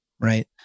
right